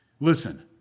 Listen